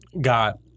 got